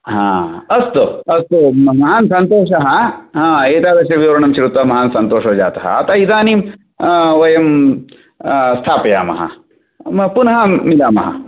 अस्तु अस्तु अस्तु महान् सन्तोषः एतादृशः विवरणं श्रुत्वा महान् सन्तोषो जातः अतः इदानीम् वयं स्थापयामः पुनः मिलामः